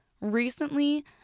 Recently